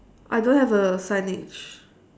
I don't have a signage